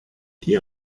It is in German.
die